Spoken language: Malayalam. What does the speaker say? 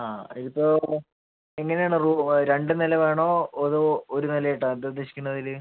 ആ അതിപ്പോൾ എങ്ങനെയാണ് റൂമ് രണ്ട് നില വേണോ അതോ ഒര് നില ആയിട്ടാ എന്താ ഉദ്ദേശിക്കുന്നത് അതില്